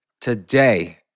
today